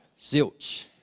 zilch